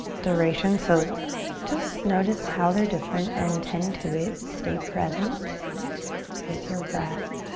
duration so just notice how they're different and tend to it. stay present with your breath.